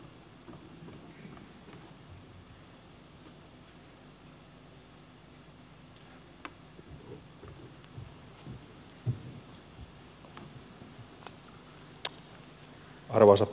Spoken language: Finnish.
arvoisa herra puhemies